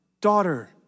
daughter